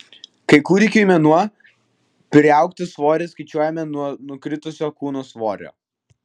kai kūdikiui mėnuo priaugtą svorį skaičiuojame nuo nukritusio kūno svorio